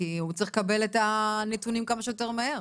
כי הוא צריך לקבל את הנתונים כמה שיותר מהר.